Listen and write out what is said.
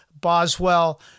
Boswell